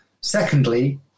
Secondly